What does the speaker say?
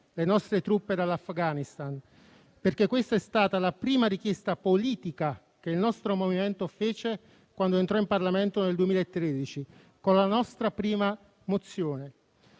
le nostre truppe dall'Afghanistan, perché questa è stata la prima richiesta politica che il nostro movimento fece quando entrò in Parlamento nel 2013, con la sua prima mozione.